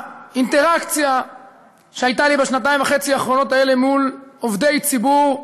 באינטראקציה שהייתה לי בשנתיים וחצי האחרונות האלה מול עובדי ציבור,